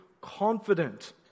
confident